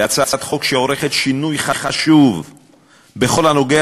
בהצעת חוק שעורכת שינוי חשוב בכל הקשור